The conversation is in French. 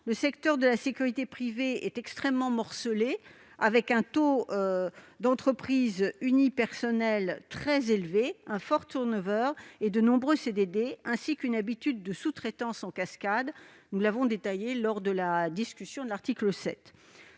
le secteur de la sécurité privée est extrêmement morcelé, avec un taux d'entreprises unipersonnelles très élevé, un fort turn-over, unrecours fréquent aux CDD, ainsi qu'une habitude de sous-traitance en cascade- nous en avons parlé lors de l'examen de l'article 7.